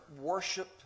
worship